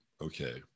okay